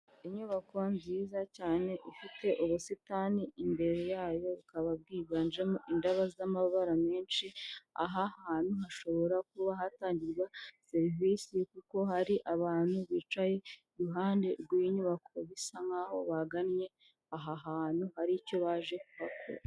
Inyubako nziza cyane ifite ubusitani imbere yayo , bukaba bwiganjemo indabo z'amabara menshi , aha hantu hashobora kuba hatangirwa serivisi kuko hari abantu bicaye iruhande rw'inyubako, bisa nk'aho bagannye aha hantu hari icyo baje kuhakora.